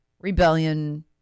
Rebellion